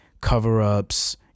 cover-ups